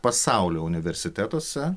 pasaulio universitetuose